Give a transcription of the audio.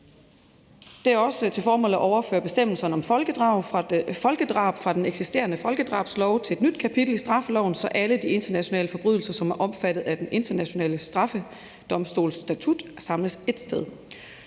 Det har også til formål at overføre bestemmelserne om folkedrab fra den eksisterende folkedrabslov til et nyt kapitel i straffeloven, så alle de internationale forbrydelser, som er omfattet af Den Internationale Straffedomstols statut samles ét sted,